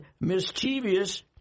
mischievous